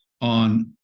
on